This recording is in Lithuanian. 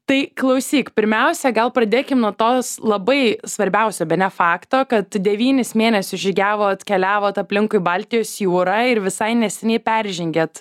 tai klausyk pirmiausia gal pradėkim nuo tos labai svarbiausio bene fakto kad devynis mėnesius žygiavot keliavot aplinkui baltijos jūrą ir visai neseniai peržengėt